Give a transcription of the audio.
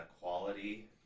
quality